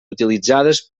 utilitzades